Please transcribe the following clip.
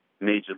major